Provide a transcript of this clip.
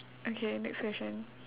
okay next question